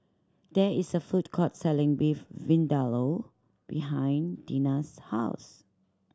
there is a food court selling Beef Vindaloo behind Deena's house